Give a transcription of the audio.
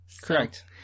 Correct